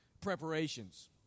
preparations